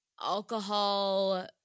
alcohol